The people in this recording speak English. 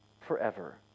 forever